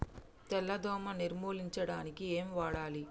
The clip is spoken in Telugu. తెల్ల దోమ నిర్ములించడానికి ఏం వాడాలి?